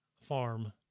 farm